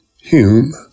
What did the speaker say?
Hume